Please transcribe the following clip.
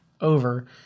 over